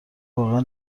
واقعا